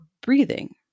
breathing